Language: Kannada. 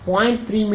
3 ಮೀಟರ್